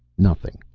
nothing!